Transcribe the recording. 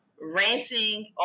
ranting